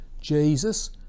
Jesus